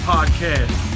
Podcast